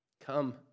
come